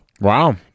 wow